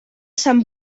sant